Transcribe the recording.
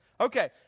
Okay